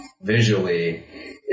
Visually